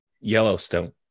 Yellowstone